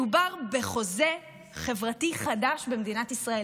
מדובר בחוזה חברתי חדש במדינת ישראל.